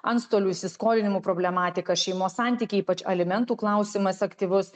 antstolių įsiskolinimų problematika šeimos santykiai ypač alimentų klausimas aktyvus